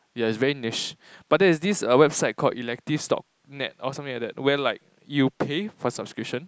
yeah it's very niche but there is this a website called electives dot net or something like that where like you pay for the subscription